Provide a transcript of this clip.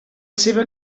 seva